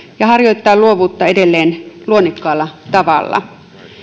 ja harjoittaa luovuutta edelleen luonnikkaalla tavalla